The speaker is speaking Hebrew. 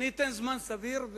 אני אתן זמן סביר,